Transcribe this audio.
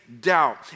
doubt